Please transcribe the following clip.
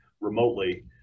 remotely